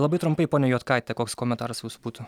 labai trumpai ponia juodkaite koks kometaras jūsų būtų